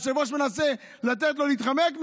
היושב-ראש מנסה לתת לו להתחמק מזה.